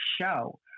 show